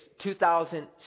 2,000